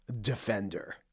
Defender